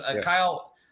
Kyle